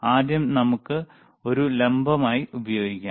ആദ്യം നമുക്ക് ഒരു ലംബമായി ഉപയോഗിക്കാം